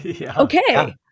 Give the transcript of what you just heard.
Okay